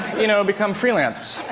you know, become freelance.